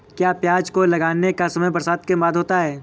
क्या प्याज को लगाने का समय बरसात के बाद होता है?